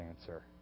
answer